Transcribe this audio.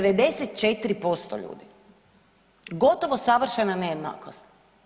94% ljudi, gotovo savršena nejednakost.